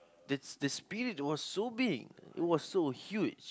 the the spirit was so big it was so huge